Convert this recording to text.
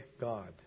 God